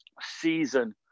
season